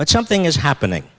but something is happening